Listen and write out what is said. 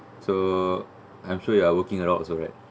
so I'm sure you are working a lot also right